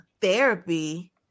therapy